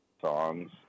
songs